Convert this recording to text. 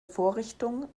vorrichtung